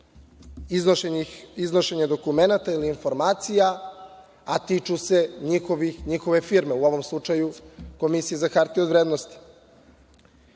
iznošenja dokumenata ili informacija, a tiču se njihove firme, u ovom slučaju Komisije za hartije od vrednosti. Mi